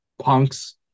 punks